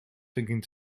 thinking